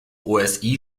osi